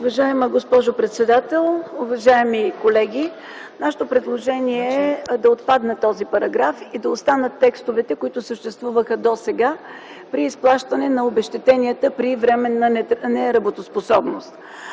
Уважаема госпожо председател, уважаеми колеги! Нашето предложение е да отпадне този параграф и да останат текстовете, които съществуваха досега при изплащане на обезщетенията при временна неработоспособност.